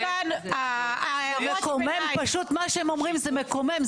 מה שהם אומרים זה מקומם,